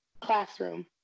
classroom